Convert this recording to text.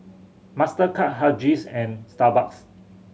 Mastercard Huggies and Starbucks